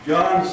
John